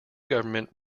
government